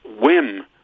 whim